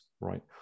Right